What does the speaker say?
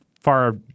far